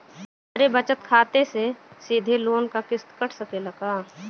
हमरे बचत खाते से सीधे लोन क किस्त कट सकेला का?